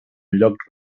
llocs